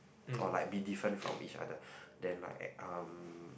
or like be different from each other then like um